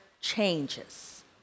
changes